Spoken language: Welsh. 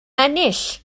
ennill